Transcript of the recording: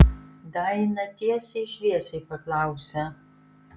daina tiesiai šviesiai paklausė